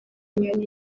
inyoni